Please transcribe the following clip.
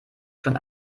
schon